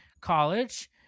College